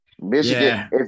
Michigan